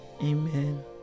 Amen